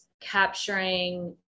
capturing